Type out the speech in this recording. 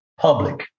public